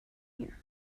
here